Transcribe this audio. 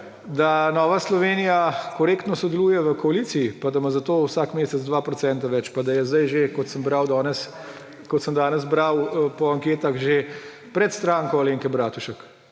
da Nova Slovenija korektno sodeluje v koaliciji pa da ima zato vsak mesec 2 % več pa da je zdaj že, kot sem danes bral po anketah, pred Stranko Alenke Bratušek.